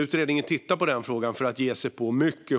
Utredningen tittar på den frågan för att hårdare kunna ge sig